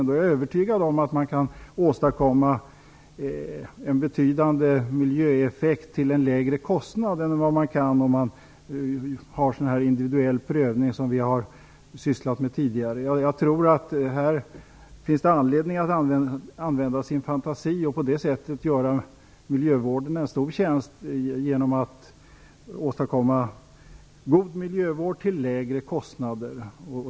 Jag är övertygad om att man skulle kunna åstadkomma en betydande miljöeffekt till lägre kostnader än om man har en individuell prövning så som vi hittills haft. Jag tror att det finns anledning att använda sin fantasi och på det sättet göra miljövården en stor tjänst genom att åstadkomma god miljövård till lägre kostnader.